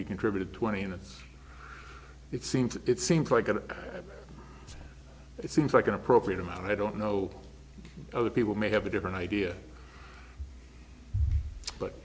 you contributed twenty and it seems it seems like a it seems like an appropriate amount i don't know other people may have a different idea but